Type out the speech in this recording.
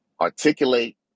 articulate